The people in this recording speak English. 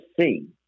see